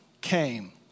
came